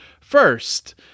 first